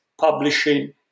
publishing